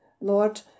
Lord